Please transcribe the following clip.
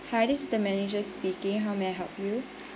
hi this is the manager speaking how may I help you